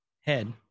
head